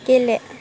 गेले